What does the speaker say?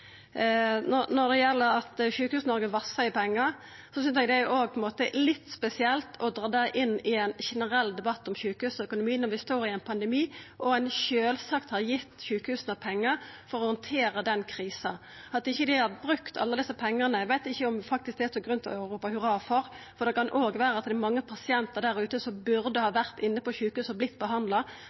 Når det gjeld at Sjukehus-Noreg vassar i pengar, synest eg på ein måte det òg er litt spesielt å dra inn i ein generell debatt om sjukehusøkonomi – når vi står i ein pandemi, og ein sjølvsagt har gitt sjukehusa pengar for å handtera den krisa. At dei ikkje har brukt alle desse pengane, veit eg faktisk ikkje om det er grunn til å ropa hurra for. Det kan òg vera at det er mange pasientar der ute som burde ha vore inne på sjukehus og vorte behandla,